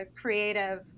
creative